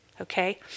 Okay